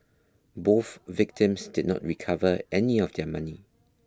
both victims did not recover any of their money